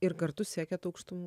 ir kartu siekiat aukštumų